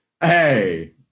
Hey